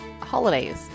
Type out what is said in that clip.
holidays